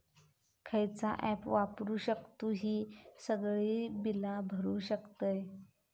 खयचा ऍप वापरू शकतू ही सगळी बीला भरु शकतय?